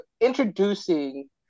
introducing